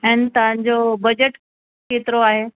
ऐं तव्हांजो बज़ट केतिरो आहे